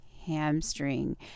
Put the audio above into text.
hamstring